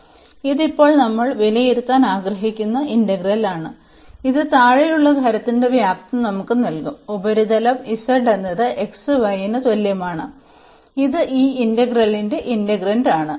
അതിനാൽ ഇത് ഇപ്പോൾ നമ്മൾ വിലയിരുത്താൻ ആഗ്രഹിക്കുന്ന ഇന്റഗ്രലാണ് ഇത് താഴെയുള്ള ഖരത്തിന്റെ വ്യാപ്തം നമുക്ക് നൽകും ഉപരിതലം z എന്നത് xy ന് തുല്യമാണ് ഇത് ഈ ഇന്റഗ്രലിന്റെ ഇന്റഗ്രന്റാണ്